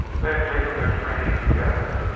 they had taken their training together,